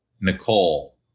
Nicole